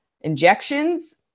injections